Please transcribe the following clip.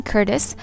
Curtis